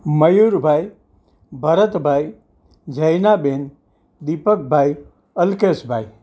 મયુર ભાઈ ભરત ભાઈ જયના બેન દિપક ભાઈ અલ્કેશ ભાઈ